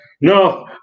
No